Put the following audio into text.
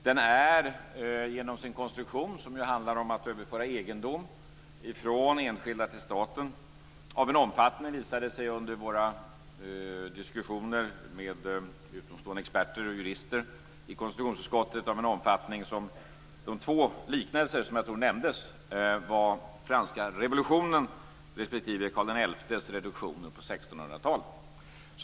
Den är genom sin konstruktion, som ju handlar om att överföra egendom från enskilda till staten, av samma omfattning - visade det sig under våra diskussioner med utomstående experter och jurister i konstitutionsutskottet - som de två företeelser som nämndes som liknelser, den franska revolutionen respektive Karl XI:s reduktion på 1600-talet.